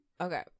okay